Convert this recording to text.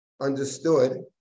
understood